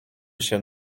się